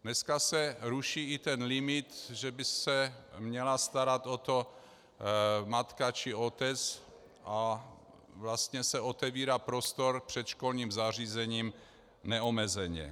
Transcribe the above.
Dneska se ruší i ten limit, že by se měla starat matka či otec, a vlastně se otevírá prostor předškolním zařízením neomezeně.